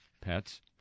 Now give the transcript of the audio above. pets